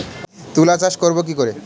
তুলা চাষ করব কি করে?